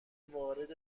وارد